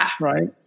right